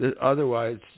otherwise